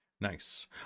nice